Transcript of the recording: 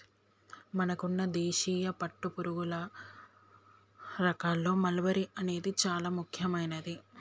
మనకున్న దేశీయ పట్టుపురుగుల రకాల్లో మల్బరీ అనేది చానా ముఖ్యమైనది